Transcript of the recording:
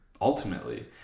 ultimately